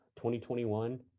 2021